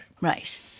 Right